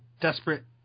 desperate